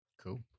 Cool